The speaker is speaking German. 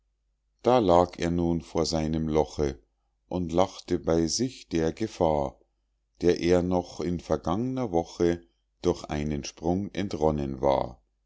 da lag er nun vor seinem loche und lachte bei sich der gefahr der er noch in vergangner woche durch einen sprung entronnen war